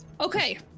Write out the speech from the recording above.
Okay